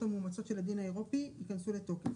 המואמצות של הדין האירופי יכנסו לתוקף.